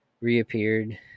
reappeared